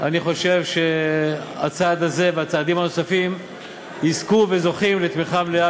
אני חושב שהצעד הזה והצעדים הנוספים יזכו וזוכים לתמיכה מלאה,